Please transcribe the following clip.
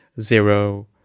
zero